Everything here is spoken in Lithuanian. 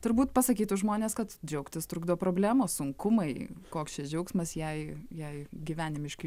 turbūt pasakytų žmonės kad džiaugtis trukdo problemos sunkumai koks čia džiaugsmas jei jei gyvenimiški